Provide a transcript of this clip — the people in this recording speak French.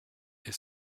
est